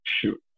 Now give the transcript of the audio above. shoot